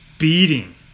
Beating